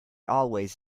always